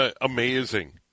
Amazing